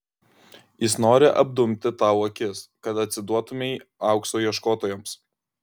jis nori apdumti tau akis kad atsiduotumei aukso ieškotojams